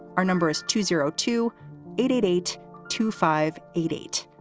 our number is two zero two eight eight eight two five eight eight.